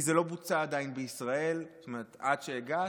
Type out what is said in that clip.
כי זה לא בוצע עדיין בישראל עד שהגעת.